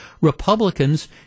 Republicans